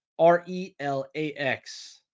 R-E-L-A-X